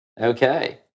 Okay